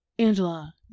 Angela